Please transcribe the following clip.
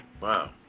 wow